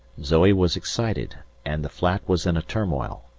zoe was excited and the flat was in a turmoil,